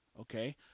okay